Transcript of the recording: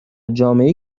جامعهای